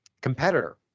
competitor